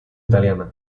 italiana